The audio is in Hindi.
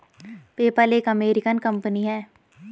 पेपल एक अमेरिकन कंपनी है